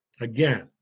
Again